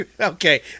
okay